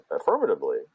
affirmatively